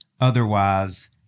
Otherwise